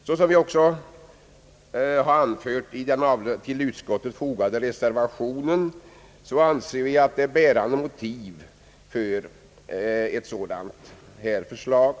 Vi anser, såsom också har anförts i den till betänkandet fogade reservationen, att det finns bärande motiv för vårt förslag.